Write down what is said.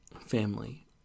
family